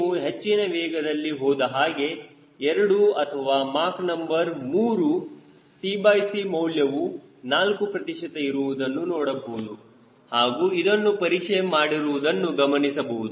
ನೀವು ಹೆಚ್ಚಿನ ವೇಗದಲ್ಲಿ ಹೋದಹಾಗೆ 2 ಅಥವಾ ಮಾಕ್ ನಂಬರ್ 3 tcಮೌಲ್ಯವು 4 ಪ್ರತಿಶತ ಇರುವುದನ್ನು ನೋಡಬಹುದು ಹಾಗೂ ಅದನ್ನು ಪರೀಕ್ಷೆ ಮಾಡಿರುವುದನ್ನು ಗಮನಿಸಬಹುದು